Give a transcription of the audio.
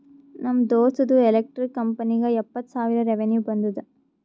ನಮ್ ದೋಸ್ತ್ದು ಎಲೆಕ್ಟ್ರಿಕ್ ಕಂಪನಿಗ ಇಪ್ಪತ್ತ್ ಸಾವಿರ ರೆವೆನ್ಯೂ ಬಂದುದ